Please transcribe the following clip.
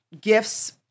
gifts